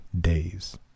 days